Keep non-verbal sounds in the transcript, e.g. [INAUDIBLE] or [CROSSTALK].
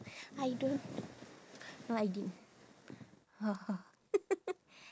I don't no I didn't ha ha [LAUGHS]